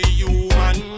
human